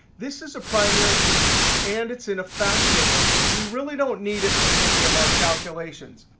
this is a primary key, and it's in a fact table. we really don't need it for any of our calculations.